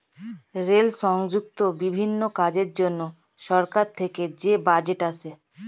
rail সংযুক্ত বিভিন্ন কাজের জন্য সরকার থেকে যে বাজেট আসে